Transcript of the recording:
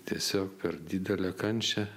tiesiog per didelią kančią